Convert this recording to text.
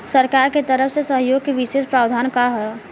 सरकार के तरफ से सहयोग के विशेष प्रावधान का हई?